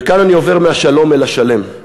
וכאן אני עובר מהשלום אל השלם,